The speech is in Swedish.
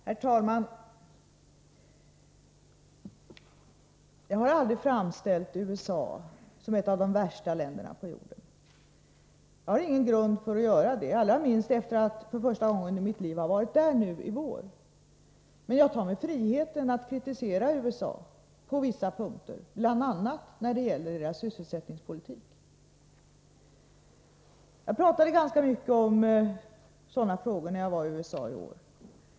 Herr talman! Jag har aldrig framställt USA som ett av de värsta länderna på jorden. Jag har ingen grund för att göra det — allra minst efter att för första gången i mitt liv ha varit där nu i vår. Men jag tar mig friheten att kritisera USA på vissa punkter, bl.a. när det gäller dess sysselsättningspolitik. Jag pratade ganska mycket om sådana frågor när jag var i USA i år.